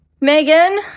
Megan